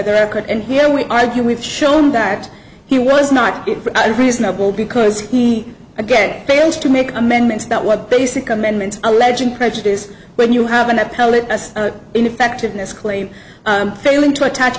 the record and here we argue we've shown that he was not reasonable because he again fails to make amendments about what basic amendments alleging prejudice when you have an appellate ineffectiveness claim failing to attach